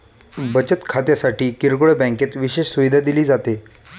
बचत खात्यासाठी किरकोळ बँकेत विशेष सुविधा दिली जाते